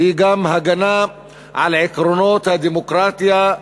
היא גם הגנה על עקרונות הדמוקרטיה,